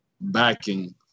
backing